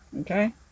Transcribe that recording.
okay